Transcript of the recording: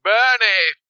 Bernie